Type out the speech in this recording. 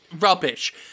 rubbish